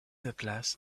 atlas